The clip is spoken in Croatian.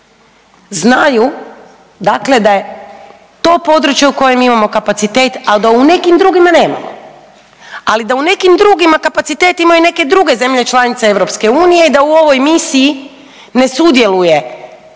znaju da je to područje u kojem mi imamo kapacitet, a da u nekim drugim nemamo, ali da u nekim drugima kapacitet imaju neke druge zemlje članice EU i da u ovoj misiji ne sudjeluje